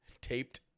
taped